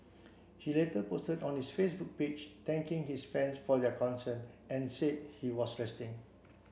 he later posted on his Facebook page thanking his fans for their concern and said he was resting